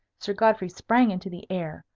sir godfrey sprang into the air,